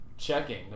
checking